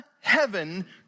heaven